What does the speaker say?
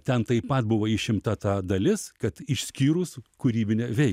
ten taip pat buvo išimta ta dalis kad išskyrus kūrybinę vei